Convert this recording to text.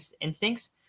instincts